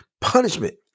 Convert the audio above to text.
punishment